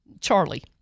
Charlie